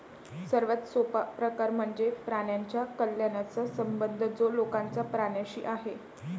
सर्वात सोपा प्रकार म्हणजे प्राण्यांच्या कल्याणाचा संबंध जो लोकांचा प्राण्यांशी आहे